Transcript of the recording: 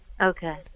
Okay